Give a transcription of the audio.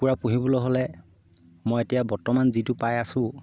কুকুৰা পুহিবলৈ হ'লে মই এতিয়া বৰ্তমান যিটো পাই আছো